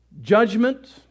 judgment